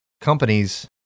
companies